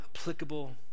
applicable